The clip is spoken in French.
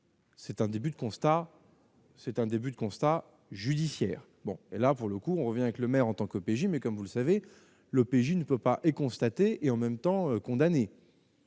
c'est un début de constat judiciaire, bon et là pour le coup, on revient avec le maire en tant que OPJ mais comme vous le savez l'OPJ ne peut pas et constaté et en même temps condamné.